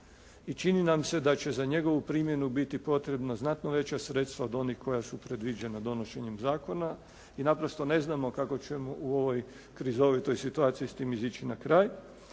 i čini nam se da će za njegovu primjenu biti potrebna znatno veća sredstva od onih koja su predviđena donošenjem zakona. I naprosto ne znamo kako ćemo u ovoj krizovitoj situaciji s time izići na kraj.